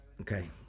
Okay